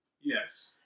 Yes